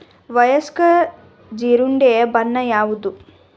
ವಯಸ್ಕ ಜೀರುಂಡೆಯ ಬಣ್ಣ ಯಾವುದು?